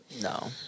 No